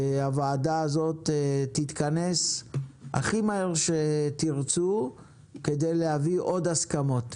הוועדה הזאת תתכנס הכי מהר שתרצו כדי להביא עוד הסכמות.